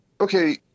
okay